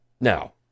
Now